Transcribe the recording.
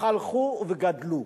הלכו וגדלו.